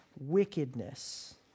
wickedness